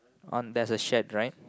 on there's a shed right